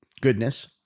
goodness